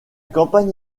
campagne